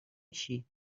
així